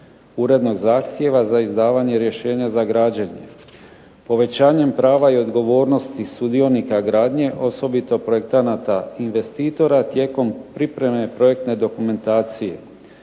urednog zahtjeva za izdavanje rješenja za građenje. Povećanjem prava i odgovornosti sudionika gradnje osobito projektanata i investitora tijekom pripreme projektne dokumentacije,